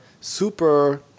super